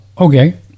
okay